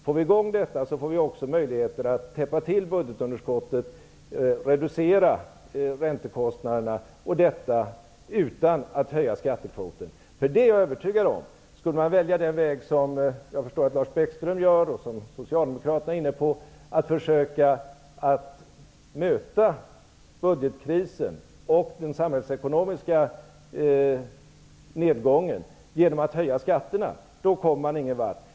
Får vi i gång den, får vi också möjlighet att täppa till budgetunderskottet och reducera räntekostnaderna, utan att höja skattekvoten. Jag är övertygad om att om man skulle välja den väg som jag förstår att Lars Bäckström skulle föredra och som Socialdemokraterna är inne på, att försöka möta budgetkrisen och den samhällsekonomiska nedgången genom att höja skatterna, kommer man ingen vart.